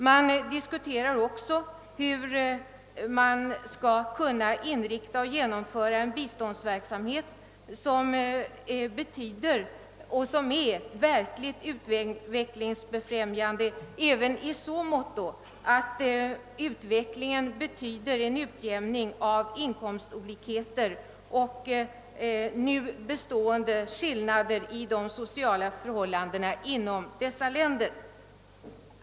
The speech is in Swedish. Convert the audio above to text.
Det diskuteras också hur man skall inrikta och genomföra en biståndsverksamhet som är verkligt = utvecklingsbefrämjande även i så måtto, att den medför en utjämning av inkomstolikheter och nu bestående skillnader i de sociala förhållandena inom dessa länder.